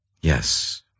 Yes